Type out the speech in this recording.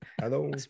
Hello